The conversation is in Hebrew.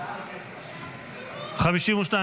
הסתייגות 138 לא נתקבלה.